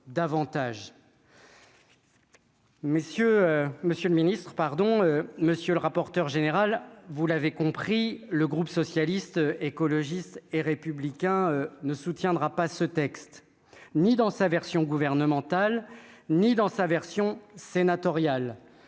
Messieurs, Monsieur le Ministre, pardon monsieur le rapporteur général, vous l'avez compris le groupe socialiste, écologiste et républicain ne soutiendra pas ce texte, ni dans sa version gouvernementale ni dans sa version sénatoriale,